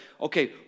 okay